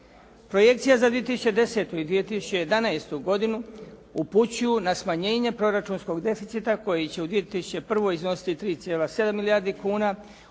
Projekcija za 2010. i 2011. godinu upućuju na smanjenje proračunskog deficita koji će u 2001. iznositi 3,7 milijardi kuna,